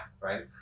right